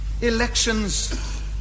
elections